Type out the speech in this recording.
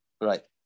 Right